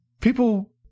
People